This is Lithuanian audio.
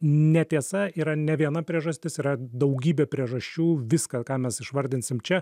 netiesa yra ne viena priežastis yra daugybė priežasčių viską ką mes išvardinsim čia